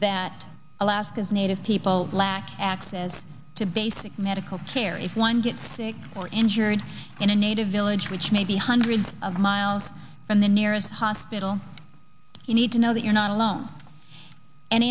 that alaska's native people lack access to basic medical care if one gets sick or injured in a native village which may be hundreds of miles from the nearest hospital you need to know that you're not alone and